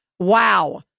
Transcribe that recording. wow